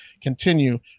continue